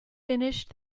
finished